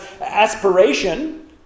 aspiration